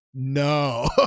No